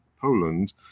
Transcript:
Poland